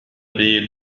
بيل